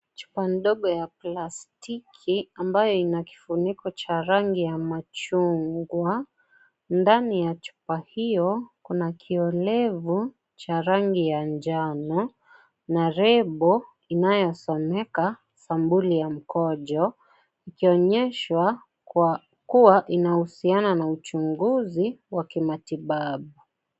Chupa ndogo ya plastiki ambayo ina kifuniko cha rangi ya machungwa. Ndani ya chupa hiyo kuna kiolevu cha rangi ya njano na label inayosomeka " Sampuli ya mkojo" ikionyeshwa kuwa inahusiana na uchunguzi wa kimatibabu.